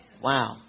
Wow